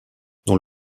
dont